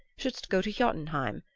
shouldst go to jotunheim,